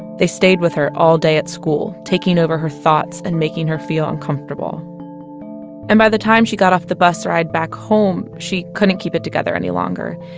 they stayed with her all day at school, taking over her thoughts and making her feel uncomfortable and by the time she got off the bus ride back home, she couldn't keep it together any longer.